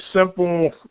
simple